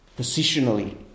positionally